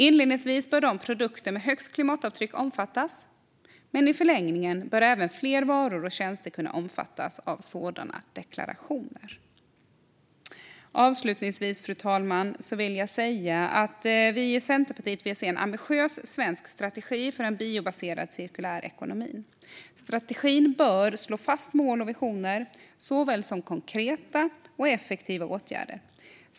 Inledningsvis bör de produkter som har högst klimatavtryck omfattas, men i förlängningen bör även fler varor och tjänster kunna omfattas av sådana deklarationer. Avslutningsvis, fru talman, vill jag säga att vi i Centerpartiet vill se en ambitiös svensk strategi för en biobaserad cirkulär ekonomi. Strategin bör slå fast mål och visioner såväl som konkreta och effektiva åtgärder.